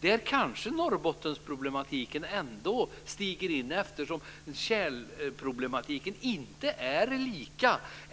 Där kanske Norrbottensproblematiken ändå stiger in eftersom tjälproblematiken inte är likadan.